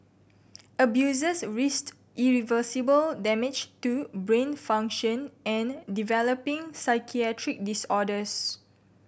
abusers risked irreversible damage to brain function and developing psychiatric disorders